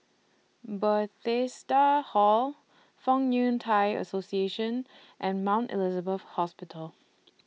Bethesda Hall Fong Yun Thai Association and Mount Elizabeth Hospital